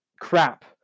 crap